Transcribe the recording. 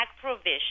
provision